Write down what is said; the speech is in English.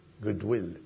goodwill